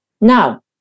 Now